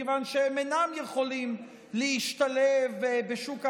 מכיוון שהם אינם יכולים להשתלב בשוק העבודה,